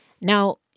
Now